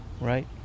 right